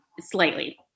slightly